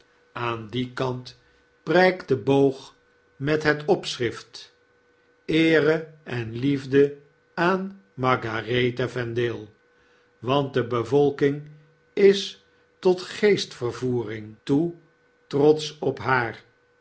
aan dien kant prykt de boog met het opschrift eere enliejdeaan margabethe vendale want de bevolking is tot geestvervoering toe trotsch op haar